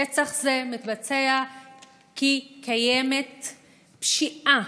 רצח זה מתבצע כי קיימת פשיעה,